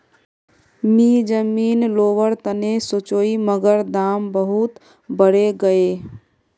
मी जमीन लोवर तने सोचौई मगर दाम बहुत बरेगये